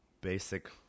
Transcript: basic